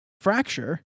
fracture